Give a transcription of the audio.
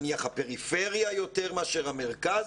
נניח הפריפריה יותר מאשר המרכז,